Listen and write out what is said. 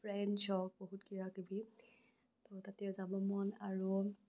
French হওক বহুত কিবা কিবি তাতে যাব মন আৰু